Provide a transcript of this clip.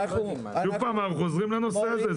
שוב פעם אנחנו חוזרים לנושא הזה,